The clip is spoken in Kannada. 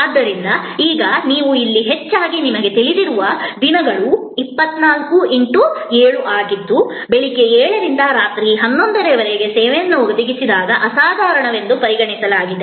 ಆದ್ದರಿಂದ ಈಗ ನೀವು ಇಲ್ಲಿ ಹೆಚ್ಚಾಗಿ ನಿಮಗೆ ತಿಳಿದಿರುವ ದಿನಗಳು 24 7 ಆಗಿದ್ದು ಬೆಳಿಗ್ಗೆ 7 ರಿಂದ ರಾತ್ರಿ 11 ರವರೆಗೆ ಸೇವೆಯನ್ನು ಒದಗಿಸಿದಾಗ ಅಸಾಧಾರಣವೆಂದು ಪರಿಗಣಿಸಲಾಗಿದೆ